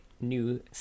new